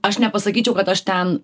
aš nepasakyčiau kad aš ten